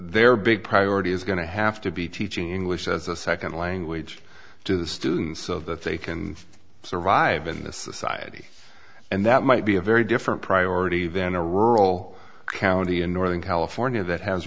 their big priority is going to have to be teaching english as a second language to the students of that they can survive in this society and that might be a very different priority than a rural county in northern california that has